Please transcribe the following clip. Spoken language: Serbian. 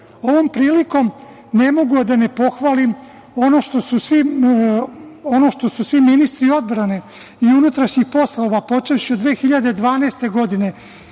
prilikom ne mogu a da ne pohvalim ono što su svi ministri odbrane i unutrašnjih poslova, počevši od 2012. godine